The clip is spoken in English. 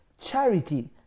charity